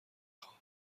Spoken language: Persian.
خوام